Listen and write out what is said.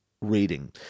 reading